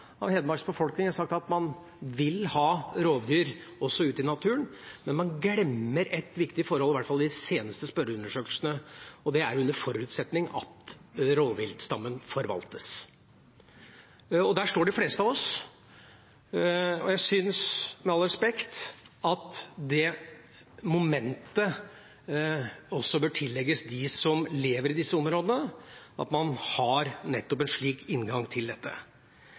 av Hedmarks befolkning sagt at man vil ha rovdyr ute i naturen, men man glemmer et viktig forhold, i hvert fall i de seneste spørreundersøkelsene – og det er at dette er under forutsetning av at rovviltstammen forvaltes. Der står de fleste av oss. Jeg syns, med all respekt, at det momentet også bør tillegges dem som lever i disse områdene, at man nettopp har en slik inngang til dette.